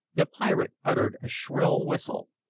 the pirate uttered a shrill whistle.